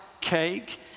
cake